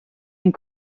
and